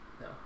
No